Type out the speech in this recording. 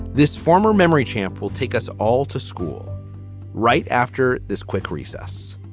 this former memory champ will take us all to school right after this quick recess